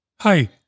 Hi